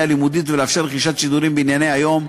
הלימודית ולאפשר רכישת שידורים בענייני היום,